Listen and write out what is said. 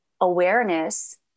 awareness